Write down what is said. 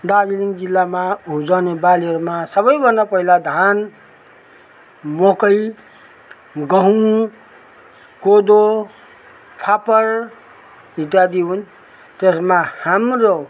दार्जिलिङ जिल्लामा उब्जने बालीहरूमा सबैभन्दा पहिला धान मकै गहुँ कोदो फापर इत्यादि हुन् त्यसमा हाम्रो